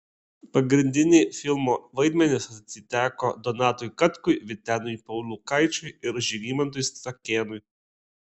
pagrindiniai filmo vaidmenys atiteko donatui katkui vyteniui pauliukaičiui ir žygimantui stakėnui